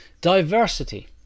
diversity